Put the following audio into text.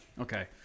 okay